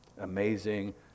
Amazing